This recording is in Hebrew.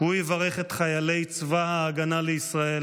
הוא יברך את חיילי צבא ההגנה לישראל